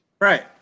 Right